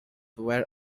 were